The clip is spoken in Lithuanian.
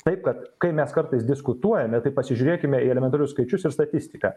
taip kad kai mes kartais diskutuojame tai pasižiūrėkime į elementarius skaičius ir statistiką